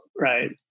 Right